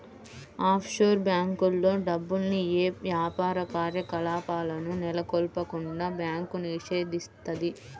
offshore బ్యేంకుల్లో డబ్బుల్ని యే యాపార కార్యకలాపాలను నెలకొల్పకుండా బ్యాంకు నిషేధిత్తది